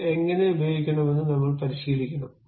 ഇത് എങ്ങനെ ഉപയോഗിക്കണമെന്ന് നമ്മൾ പരിശീലിക്കണം